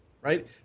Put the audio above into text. right